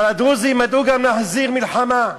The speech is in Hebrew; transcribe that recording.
אבל הדרוזים ידעו גם להחזיר מלחמה,